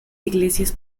iglesias